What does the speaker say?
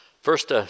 First